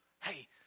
Hey